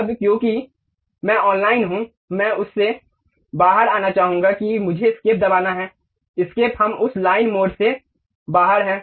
अब क्योंकि मैं ऑनलाइन हूं मैं उससे बाहर आना चाहूंगा कि मुझे एस्केप दबाना हैएस्केप हम उस लाइन मोड से बाहर हैं